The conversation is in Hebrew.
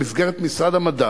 במסגרת משרד המדע